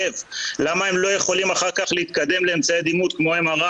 אז נושא ראשון הוא הבוגרים שסיימו לימודים ועד עכשיו הם לא